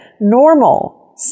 normal